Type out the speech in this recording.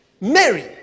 Mary